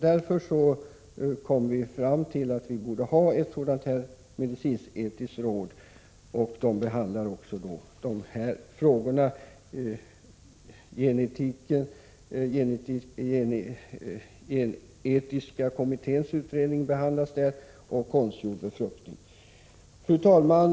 Därför kom vi fram till att vi behövde ha ett medicinsktetiskt råd, och det behandlar också de här frågorna. Gen-etiska kommitténs utredning behandlas bl.a. där liksom frågan om konstgjord befruktning. Fru talman!